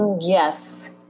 yes